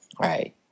right